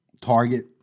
Target